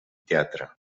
teatre